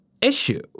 issue